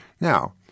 Now